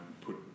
put